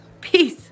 Peace